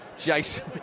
Jason